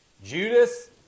Judas